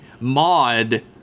mod